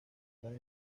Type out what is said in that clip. las